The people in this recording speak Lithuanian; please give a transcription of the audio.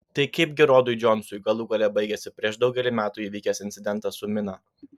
tai kaipgi rodui džonsui galų gale baigėsi prieš daugelį metų įvykęs incidentas su mina